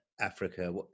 Africa